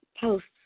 posts